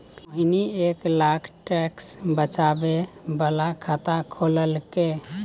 मोहिनी एक लाख टैक्स बचाबै बला खाता खोललकै